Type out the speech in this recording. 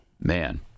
Man